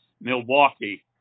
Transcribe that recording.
Milwaukee